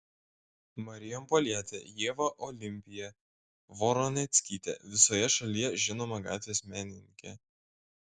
marijampolietė ieva olimpija voroneckytė visoje šalyje žinoma gatvės menininkė